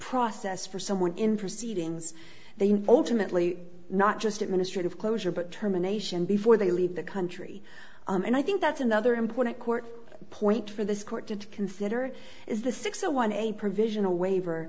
process for someone in proceedings they ultimately not just administrative closure but terminations before they leave the country and i think that's another important court point for this court to consider is the six zero one a provisional waiver